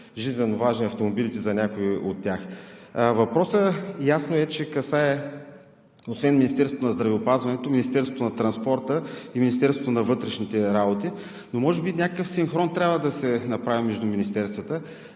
жизненоважни автомобилите за някои от тях. Ясно е, че въпросът касае освен Министерството на здравеопазването, Министерството на транспорта и Министерството на вътрешните работи, но може би и някакъв синхрон трябва да се направи между министерствата.